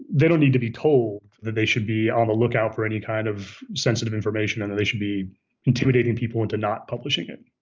they don't need to be told that they should be on the lookout for any kind of sensitive information and and they should be intimidating people into not publishing it.